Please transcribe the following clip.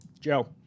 Joe